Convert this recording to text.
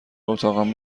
اتاقم